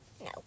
No